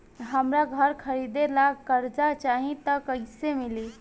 हमरा घर खरीदे ला कर्जा चाही त कैसे मिली?